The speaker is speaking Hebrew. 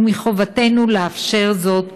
ומחובתנו לאפשר זאת,